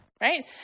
right